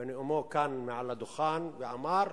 בנאומו כאן, מעל הדוכן, ואמר: